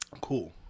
Cool